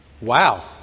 Wow